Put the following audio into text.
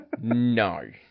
No